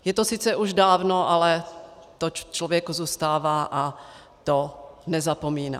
Je to sice už dávno, ale to v člověku zůstává a to nezapomíná.